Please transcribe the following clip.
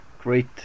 Great